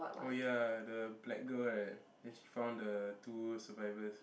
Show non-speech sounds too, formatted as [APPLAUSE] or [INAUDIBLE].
oh ya the black girl right [BREATH] then she found the two survivors